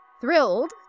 thrilled